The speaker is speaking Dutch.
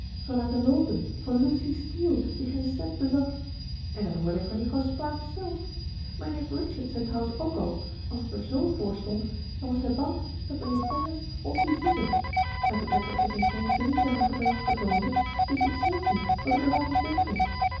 zou laten loopen voor lucy steele die geen cent bezat en dat hoorde ik van juffrouw sparks zelf mijn neef richard zei trouwens ook al als t er z voor stond dan was hij bang dat mijnheer ferrars ons liet zitten en toen edward zich in geen drie dagen bij ons vertoonde wist ik zelf niet wat ik ervan moest denken